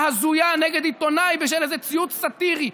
הזויה נגד עיתונאי בשל איזה ציוץ סאטירי,